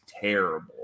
terrible